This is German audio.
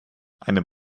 einem